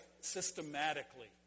systematically